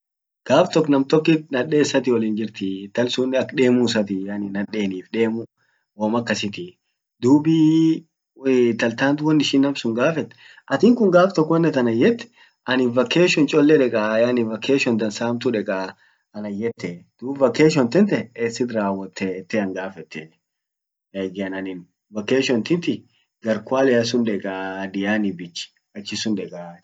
gaf tok nam tokkit naden issatin wollin jirtii .intal sunnen ak demu isatii .yaani nadenif demu wom akasitii. Dun intal tant won ishin namsun gafet, atin kun won at anan yet anin vacation cchole dekaa, yaani vacation dansa hamtu dekaaa, anan yetee dub vacation tente essit rawwote ete an gaffete. egian anin vacation tinti gar kwalea sun dekaa Diani beach achisun dekaa.